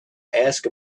ask